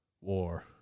war